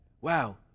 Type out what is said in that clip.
Wow